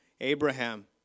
Abraham